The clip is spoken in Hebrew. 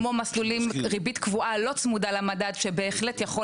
כמו ריבית קבועה לא צמודה למדד שבהחלט יכול